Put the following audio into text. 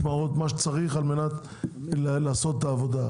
את המשמרות ומה שצריך כדי לעשות את העבודה.